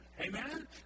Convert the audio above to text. Amen